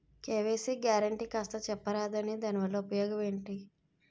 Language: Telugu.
కే.వై.సీ గ్యారంటీ కాస్త చెప్తారాదాని వల్ల ఉపయోగం ఎంటి?